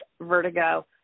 vertigo